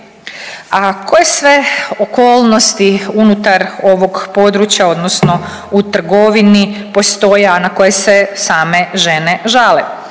A koje sve okolnosti unutar ovog područja odnosno u trgovini postoje, a na koje se same žene žale?